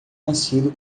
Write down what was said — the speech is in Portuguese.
nascido